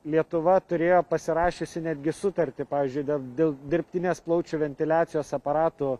lietuva turėjo pasirašiusi netgi sutartį pavyzdžiui dėl dirbtinės plaučių ventiliacijos aparatų